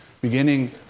beginning